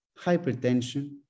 hypertension